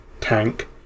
tank